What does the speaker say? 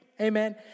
Amen